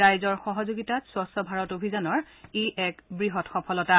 ৰাইজৰ সহযোগিতাত স্বচ্ছ ভাৰত অভিযানৰ ই এক বৃহৎ সফলতা